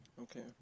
Okay